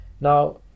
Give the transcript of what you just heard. Now